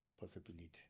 possibility